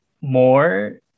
more